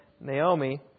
Naomi